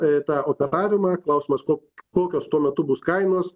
tą operavimą klausimas ko kokios tuo metu bus kainos